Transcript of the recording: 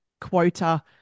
quota